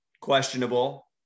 questionable